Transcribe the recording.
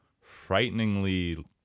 frighteningly